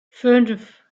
fünf